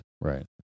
right